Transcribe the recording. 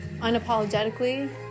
unapologetically